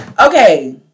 Okay